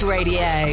Radio